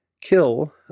kill